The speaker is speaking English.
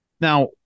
Now